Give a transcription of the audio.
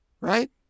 right